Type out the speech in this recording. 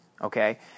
okay